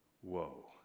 Whoa